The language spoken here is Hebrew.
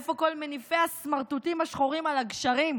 איפה כל מניפי הסמרטוטים השחורים על הגשרים?